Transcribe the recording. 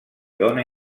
dóna